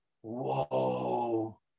whoa